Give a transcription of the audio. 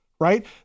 right